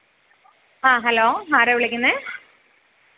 ആ ഹലോ ആരാണ് വിളിക്കുന്നത്